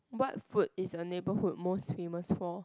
what food is your neighbourhood most famous for